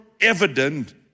evident